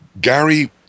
Gary